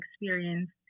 experience